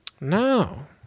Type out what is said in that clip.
No